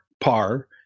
par